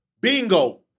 Bingo